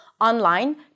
online